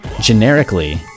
Generically